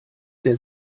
der